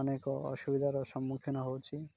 ଅନେକ ଅସୁବିଧାର ସମ୍ମୁଖୀନ ହେଉଛି